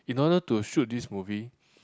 in order to shoot this movie